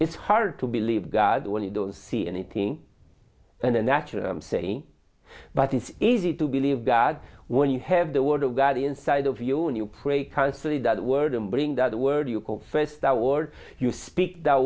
it's hard to believe god when you don't see anything and the natural i'm saying but it's easy to believe god when you have the word of god inside of you and you pray consciously that word and bring that word you confess that word you speak th